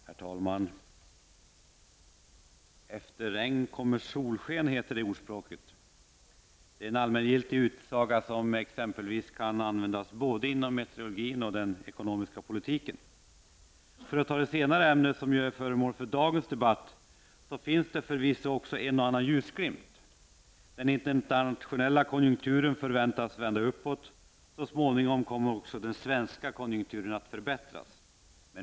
Herr talman! Efter regn kommer solsken, heter det i ordspråket. Det är en allmängiltig utsaga, som kan användas inom både meteorlogin och den ekonomiska politiken. För att ta det senare ämnet, som ju är föremål för dagens debatt, finns det förvisso en och annan ljusglimt. Den internationella konjunkturen förväntas vända uppåt. Så småningom kommer också den svenska konjunkturen att förbättras.